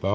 Kl.